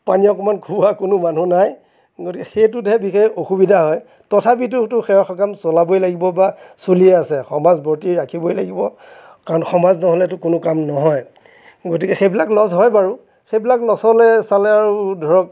পানী অকণমান খুওৱা কোনো মানুহ নাই গতিকে সেইটোতহে বিশেষ অসুবিধা হয় তথাপিতোটো সেৱা সকাম চলাবই লাগিব বা চলিয়ে আছে সমাজ বৰ্তি ৰাখিবই লাগিব কাৰণ সমাজ নহ'লেটো কোনো কাম নহয় গতিকে সেইবিলাক লছ হয় বাৰু সেইবিলাক লছলৈ চালে আৰু ধৰক